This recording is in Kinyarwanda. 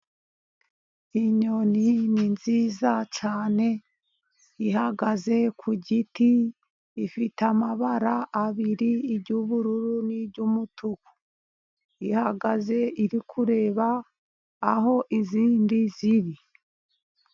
Inyoni ni nziza cyane, ihagaze ku giti. Ifite amabara abiri iry'ubururu n'iry'umutuku. Ihagaze iri kureba aho izindi ziri.